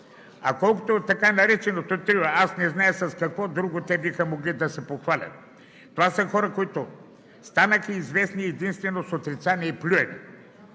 А колкото до така нареченото Трио, аз не зная с какво друго те биха могли да се похвалят. Това са хора, които станаха известни единствено с отрицание и плюене.